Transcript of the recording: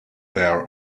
their